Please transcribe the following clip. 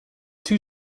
two